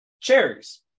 cherries